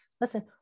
listen